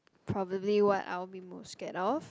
probably what I will be most scared of